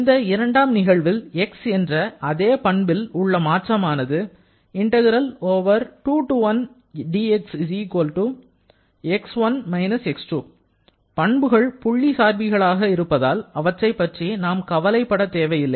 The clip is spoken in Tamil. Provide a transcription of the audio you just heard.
இந்த இரண்டாம் நிகழ்வில் X என்ற அதே பண்பில் உள்ள மாற்றமானது பண்புகள் புள்ளிசார்பிகளாக இருப்பதால் அவற்றைப் பற்றி நாம் கவலைப்பட தேவையில்லை